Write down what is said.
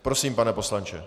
Prosím, pane poslanče.